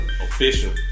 Official